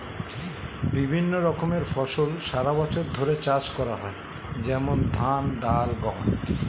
বিভিন্ন রকমের ফসল সারা বছর ধরে চাষ করা হয়, যেমন ধান, ডাল, গম